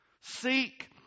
Seek